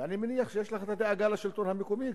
ואני מניח שיש לך הדאגה לשלטון המקומי.